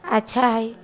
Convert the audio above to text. अच्छा हइ